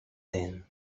then